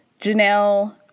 Janelle